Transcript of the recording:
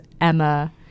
Emma